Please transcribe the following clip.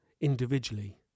individually